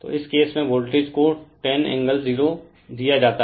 तो इस केस में वोल्टेज को 10 दिया जाता है